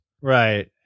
Right